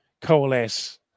coalesce